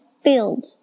filled